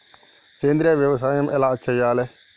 సేంద్రీయ వ్యవసాయం ఎలా చెయ్యాలే?